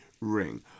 ring